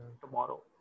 tomorrow